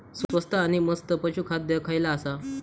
स्वस्त आणि मस्त पशू खाद्य खयला आसा?